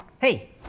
Hey